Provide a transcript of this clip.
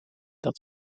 dat